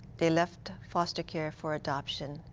they left foster care for adoption.